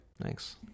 Thanks